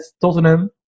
Tottenham